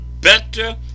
better